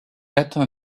atteint